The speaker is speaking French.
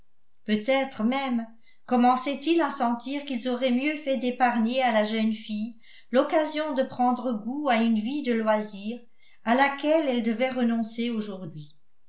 peut-être même commençaient ils à sentir qu'ils auraient mieux fait d'épargner à la jeune fille l'occasion de prendre goût à une vie de loisirs à laquelle elle devait renoncer aujourd'hui